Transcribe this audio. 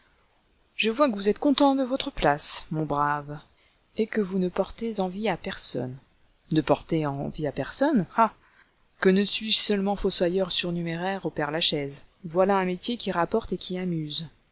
je vois que vous êtes content de votre place mon brave et que vous ne portez envie à personne ne porter envie à personne ah que ne suis-je seulement fossoyeur surnuméraire au père la chaise voilà un métier qui rapporte et qui amuse